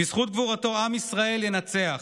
בזכות גבורתו עם ישראל ינצח,